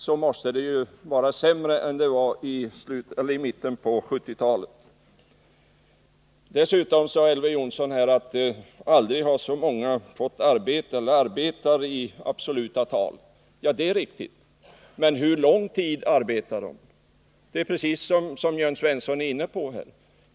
Då måste ju balansen vara sämre än den var i mitten av 1970-talet. Dessutom sade Elver Jonsson att aldrig har vi haft så många som arbetar, i absoluta tal. Ja, det är riktigt. Men hur lång tid arbetar de? Det är precis som Jörn Svensson har varit inne på.